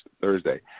Thursday